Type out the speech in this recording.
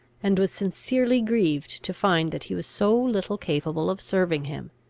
and was sincerely grieved to find that he was so little capable of serving him.